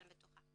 בטוחה.